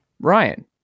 Ryan